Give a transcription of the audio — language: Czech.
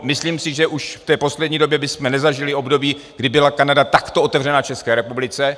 Myslím si, že už v poslední době bychom nezažili období, kdy byla Kanada takto otevřena České republice.